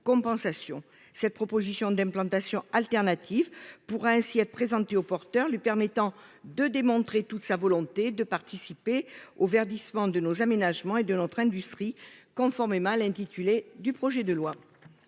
cette proposition d'implantation alternative sera présentée, pourra ainsi démontrer toute sa volonté de participer au verdissement de nos aménagements et de notre industrie, conformément à l'intitulé du projet de loi.